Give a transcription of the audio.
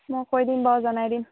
মই কৈ দিম বাাৰু জনাই দিম